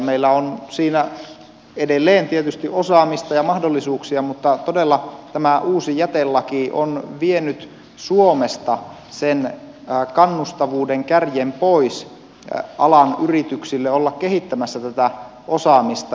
meillä on siinä edelleen tietysti osaamista ja mahdollisuuksia mutta todella tämä uusi jätelaki on vienyt suomesta sen kannustavuuden kärjen pois alan yrityksiltä olla kehittämässä tätä osaamista